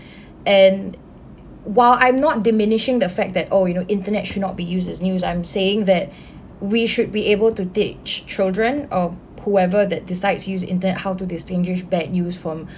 and while I'm not diminishing the fact that oh you know internet should not be used as news I'm saying that we should be able to teach children or whoever that decides to use internet how to distinguish bad news from